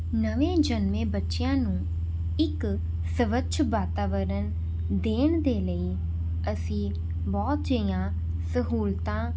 ਨਵੇਂ ਜਨਮੇ ਬੱਚਿਆਂ ਨੂੰ ਇੱਕ ਸਵੱਛ ਵਾਤਾਵਰਨ ਦੇਣ ਦੇ ਲਈ ਅਸੀਂ ਬਹੁਤ ਅਜਿਹੀਆਂ ਸਹੂਲਤਾਂ